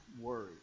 worry